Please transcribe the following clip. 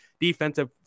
defensive